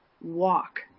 walk